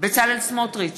בצלאל סמוטריץ,